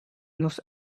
knows